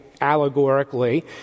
allegorically